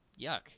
Yuck